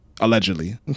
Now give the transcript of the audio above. allegedly